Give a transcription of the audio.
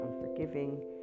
unforgiving